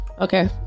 Okay